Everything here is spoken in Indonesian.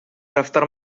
daftar